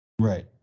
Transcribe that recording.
Right